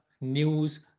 news